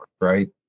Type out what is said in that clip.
right